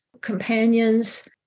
companions